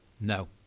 No